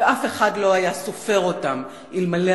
ואף אחד לא היה סופר את העובדים אלמלא